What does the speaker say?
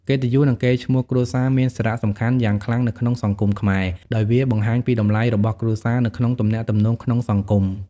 កិត្តិយស និងកេរ្តិ៍ឈ្មោះគ្រួសារមានសារៈសំខាន់យ៉ាងខ្លាំងនៅក្នុងសង្គមខ្មែរ ដោយវាបង្ហាញពីតម្លៃរបស់គ្រួសារនៅក្នុងទំនាក់ទំនងក្នុងសង្គម។